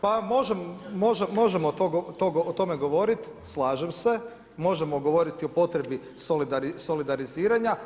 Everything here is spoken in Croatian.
Pa možemo o tome govoriti, slažem se, možemo govoriti o potrebi solidariziranja.